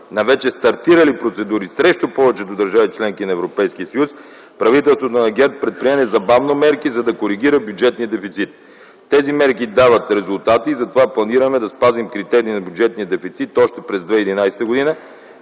на вече стартирали процедури срещу повечето държави - членки на Европейския съюз, правителството на ГЕРБ предприе незабавно мерки, за да коригира бюджетния дефицит. Тези мерки дават резултати и затова планираме да спазим критерия за бюджетния дефицит още през 2011 г.